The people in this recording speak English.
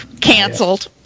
canceled